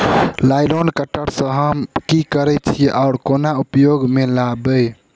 Nylon cutter सँ हम की करै छीयै आ केना उपयोग म लाबबै?